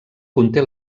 conté